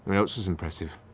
what else is impressive?